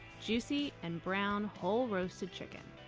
juicy and brown whole roasted chicken!